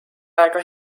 aega